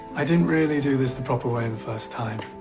i didn't really do this the proper way the first time.